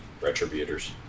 Retributors